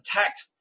attacked